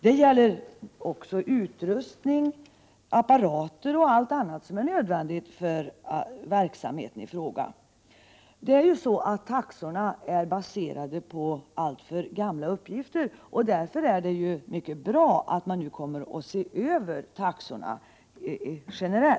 Det gäller också utrustning, apparater och allt annat som är nödvändigt för verksamheten i fråga. Taxorna är baserade på alltför gamla uppgifter, och därför är det mycket bra att man nu generellt kommer att se över taxorna.